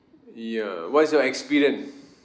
ya what is your experience